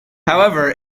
however